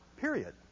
Period